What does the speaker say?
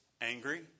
angry